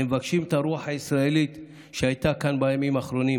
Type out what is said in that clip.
הם מבקשים את הרוח הישראלית שהייתה כאן בימים האחרונים,